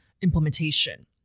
implementation